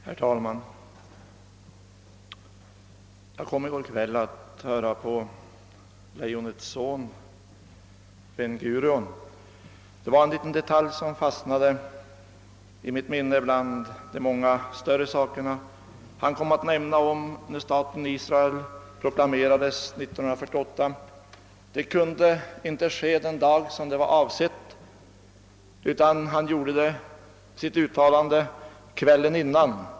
Herr talman! Jag kom i går kväll att höra på Lejonets son Ben Gurion. Det var en liten detalj som fastande i mitt minne bland de många större sakerna. Han kom att tala om när staten Israel proklamerades 1948. Det kunde inte ske den dag som var avsedd, utan han gjorde sitt uttalande kvällen före.